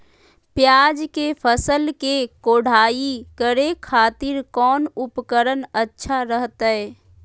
प्याज के फसल के कोढ़ाई करे खातिर कौन उपकरण अच्छा रहतय?